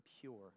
pure